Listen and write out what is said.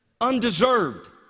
undeserved